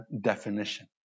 definition